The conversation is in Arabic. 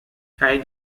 أعد